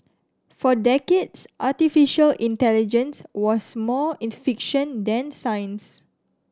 for decades artificial intelligence was more fiction than science